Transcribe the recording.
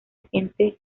siente